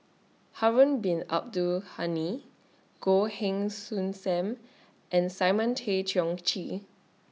Harun Bin Abdul Ghani Goh Heng Soon SAM and Simon Tay Seong Chee